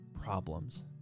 problems